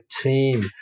team